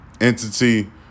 entity